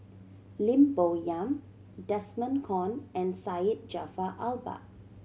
Lim Bo Yam Desmond Kon and Syed Jaafar Albar